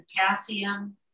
potassium